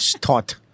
taught